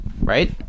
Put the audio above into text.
Right